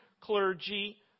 clergy